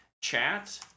chat